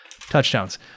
touchdowns